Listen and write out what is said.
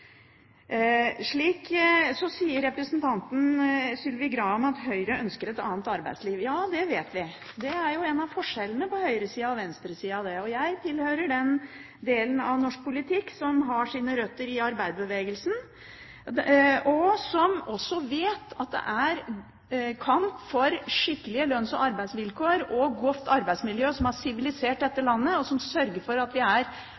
Så sier representanten Sylvi Graham at Høyre ønsker et annet arbeidsliv. Ja, det vet vi. Det er jo en av forskjellene på høyresida og venstresida, det. Jeg tilhører den delen av norsk politikk som har sine røtter i arbeiderbevegelsen, og som også vet at det er kamp for skikkelige lønns- og arbeidsvilkår og godt arbeidsmiljø som har sivilisert dette landet, og som sørger for at vi er